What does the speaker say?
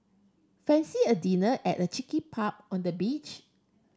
fancy a dinner at a cheeky pub on the beach